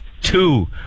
two